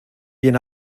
bien